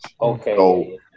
Okay